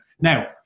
Now